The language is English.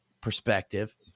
perspective